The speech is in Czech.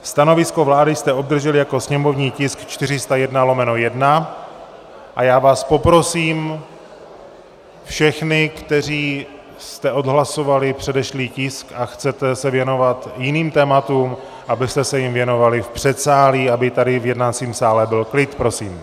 Stanovisko vlády jste obdrželi jako sněmovní tisk 401/1 a já vás poprosím všechny, kteří jste odhlasovali předešlý tisk a chcete se věnovat jiným tématům, abyste se jim věnovali v předsálí, aby tady v jednacím sále byl klid, prosím.